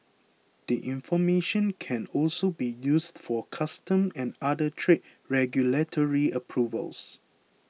the information can also be used for customs and other trade regulatory approvals